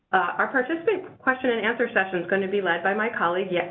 our participant question-and-answer session's going to be led by my colleague, yeah